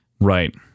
Right